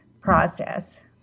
process